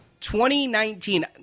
2019